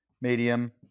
medium